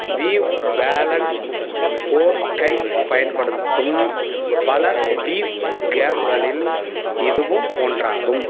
view balance ஃபோர்டைப் பயன்படுத்தும் பல வ்யூ கேம்களில் இதுவும் ஒன்றாகும்